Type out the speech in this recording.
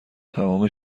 تمام